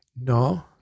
no